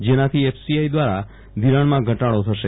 જેનાથી એફસીઆઈ દ્વારા ધિરાણમાં ઘટાડો થશે